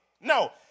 No